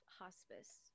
hospice